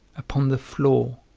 upon the floor,